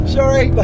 Sorry